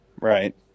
right